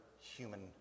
human